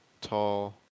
tall